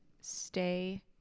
stay